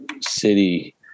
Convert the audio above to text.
city